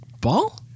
ball